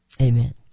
amen